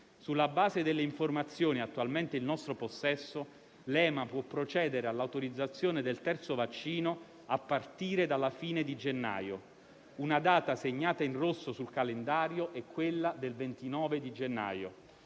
Sulla base delle informazioni attualmente in nostro possesso, l'EMA può procedere all'autorizzazione del terzo vaccino a partire dalla fine di gennaio. Una data segnata in rosso sul calendario è quella del 29 di gennaio.